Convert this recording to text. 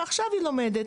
ועכשיו היא לומדת.